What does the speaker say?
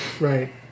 Right